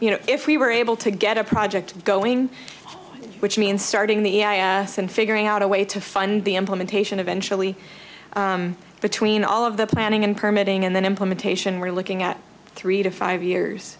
you know if we were able to get a project going which means starting the ass and figuring out a way to fund the implementation of ensure we between all of the planning and permitting and then implementation we're looking at three to five years